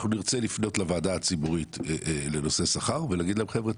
אנחנו נרצה לפנות לוועדה הציבורית לנושא שכר ולהגיד להם: חבר'ה,